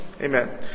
Amen